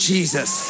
Jesus